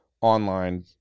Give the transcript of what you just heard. online